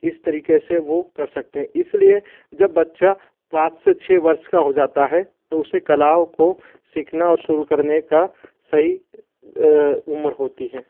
इस तरीके से वह कर सकते हें इसलिए जब बच्चा पाँच से छः वर्ष का हो जाता है तो उसे कलाओं को सीखना और शुरू करने का सही उम्र होती है